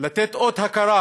לתת אות הכרה